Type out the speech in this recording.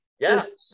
Yes